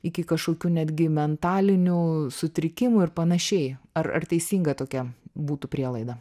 iki kažkokių netgi mentalinių sutrikimų ir panašiai ar ar teisinga tokia būtų prielaida